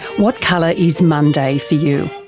what colour is monday for you?